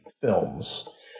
films